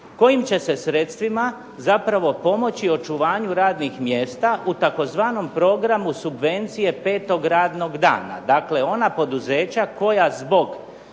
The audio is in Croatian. kojim će se sredstvima zapravo pomoći očuvanju radnih mjesta u tzv. programu subvencije 5. radnog dana. Dakle, ona poduzeća koja zbog